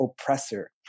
oppressor